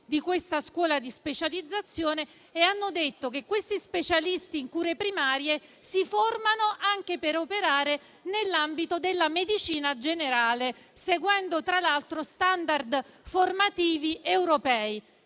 hanno stabilito gli ambiti formativi e hanno statuito che questi specialisti in cure primarie si formano anche per operare nell'ambito della medicina generale, seguendo tra l'altro *standard* formativi europei.